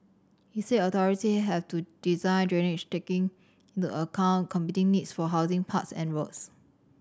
he said authority have to design drainage taking into account competing needs for housing parks and roads